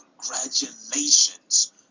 congratulations